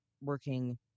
working